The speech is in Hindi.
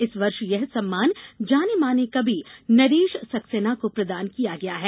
इस वर्ष यह सम्मान जाने माने कवि नरेश सक्सेना को प्रदान किया गया है